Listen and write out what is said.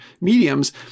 mediums